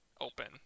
open